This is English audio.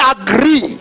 agree